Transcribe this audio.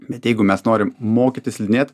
bet jeigu mes norim mokytis slidinėt